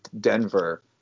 Denver